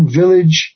village